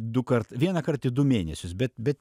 dukart vienąkart į du mėnesius bet bet